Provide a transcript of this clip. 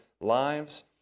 lives